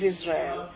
Israel